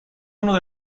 uno